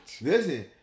Listen